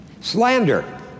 Slander